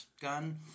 gun